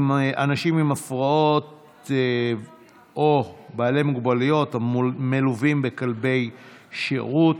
אנשים עם הפרעות בתר-חבלתיות או בעלי מוגבלות המלווים בכלב שירות),